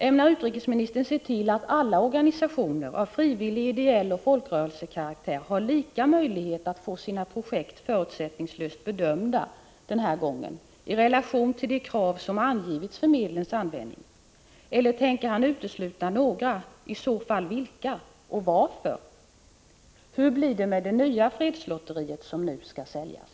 Ämnar utrikesministern se till att alla organisationer av frivillig, ideell och folkrörelsekaraktär har lika möjligheter att få sina projekt förutsättningslöst bedömda den här gången i relation till de krav som angivits för medlens användning? Eller tänker han utesluta några — i så fall vilka och varför? Hur blir det med det nya fredslotteri som nu skall säljas?